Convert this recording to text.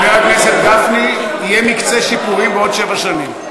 חבר הכנסת גפני, יהיה מקצה שיפורים בעוד שבע שנים.